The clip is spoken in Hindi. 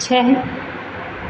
छः